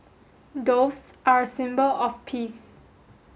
doves are a symbol of peace